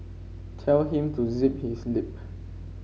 tell him to zip his lip